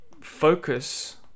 focus